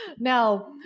Now